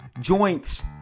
joints